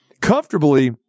comfortably